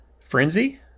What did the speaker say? frenzy